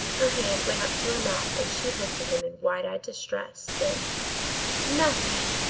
her hand went up to her mouth and she looked at him in wide-eyed distress, then nothing!